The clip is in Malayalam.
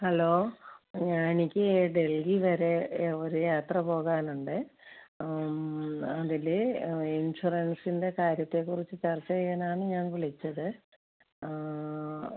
ഹലോ ഞാന് എനിക്ക് ഡെൽഹി വരെ ഒര് യാത്ര പോകാൻ ഉണ്ട് അതില് ഇൻഷുറൻസിൻ്റെ കാര്യത്തെക്കുറിച്ച് ചർച്ച ചെയ്യാനാണ് ഞാൻ വിളിച്ചത്